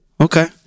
Okay